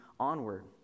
onward